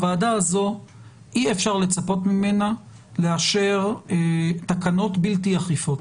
מהוועדה הזו אי אפשר לצפות לאשר תקנות בלתי אכיפות.